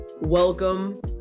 Welcome